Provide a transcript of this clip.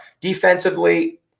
defensively